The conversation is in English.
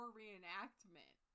reenactment